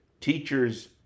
teachers